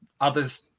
others